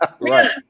Right